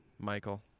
Michael